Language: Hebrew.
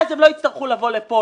אז הם לא יצטרכו לבוא לכאן,